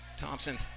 Thompson